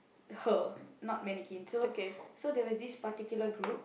her not mannequin so so there was this particular group